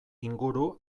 inguru